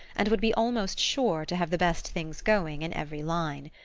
and would be almost sure to have the best things going in every line.